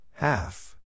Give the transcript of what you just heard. Half